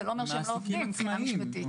לא אומר שהם לא עבדים מבחינה משפטית.